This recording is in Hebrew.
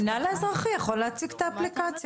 המנהל האזרחי יכול להציג את האפליקציה